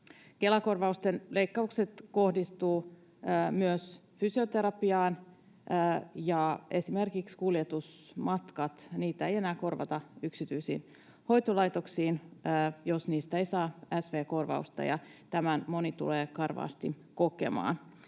Kela-kor-vausten leikkaukset kohdistuvat myös fysioterapiaan, ja esimerkiksi kuljetusmatkoja ei enää korvata yksityisiin hoitolaitoksiin, jos niistä ei saa sv-korvausta, ja tämän moni tulee karvaasti kokemaan